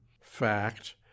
Fact